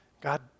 God